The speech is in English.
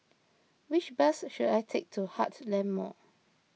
which bus should I take to Heartland Mall